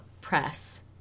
press